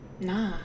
nah